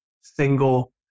single